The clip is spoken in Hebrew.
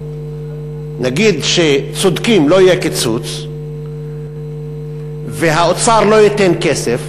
נגיד שצודקים ולא יהיה קיצוץ והאוצר לא ייתן כסף,